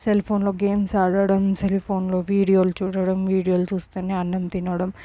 cell ఫోన్లో games ఆడడం cell ఫోన్లో వీడియోలు చూడడం వీడియోలు చూస్తూనే అన్నం తినడం